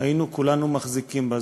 היינו כולנו מחזיקים בה.